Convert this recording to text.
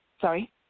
Sorry